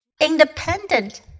Independent